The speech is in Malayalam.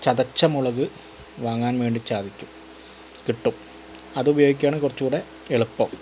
ചതച്ച മുളക് വാങ്ങാൻ വേണ്ടി സാധിക്കും കിട്ടും അതുപയോഗിക്കാണ് കുറച്ചൂടെ എളുപ്പം